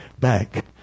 back